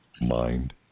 Mind